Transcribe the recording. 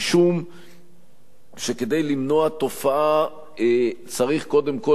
משום שכדי למנוע תופעה צריך קודם כול